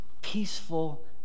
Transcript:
peaceful